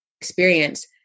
experience